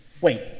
Wait